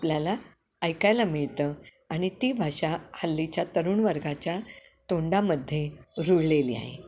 आपल्याला ऐकायला मिळतं आणि ती भाषा हल्लीच्या तरुण वर्गाच्या तोंडामध्ये रुळलेली आहे